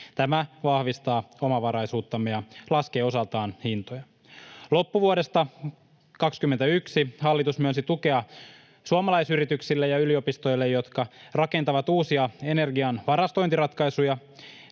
Tämä vahvistaa omavaraisuuttamme ja laskee osaltaan hintoja. Loppuvuodesta 21 hallitus myönsi tukea suomalaisyrityksille ja yliopistoille, jotka rakentavat uusia energian varastointiratkaisuja.